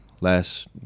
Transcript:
last